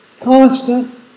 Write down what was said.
constant